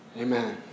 Amen